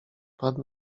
padł